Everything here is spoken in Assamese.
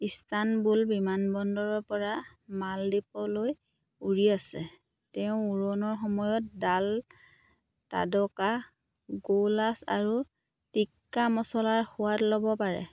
ইস্তানবুল বিমানবন্দৰৰ পৰা মালদ্বীপলৈ উৰি আছে তেওঁ উৰণৰ সময়ত ডাল টাডকা গৌলাছ আৰু টিক্কা মছলাৰ সোৱাদ ল'ব পাৰে